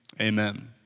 amen